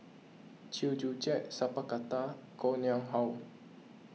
Chew Joo Chiat Sat Pal Khattar Koh Nguang How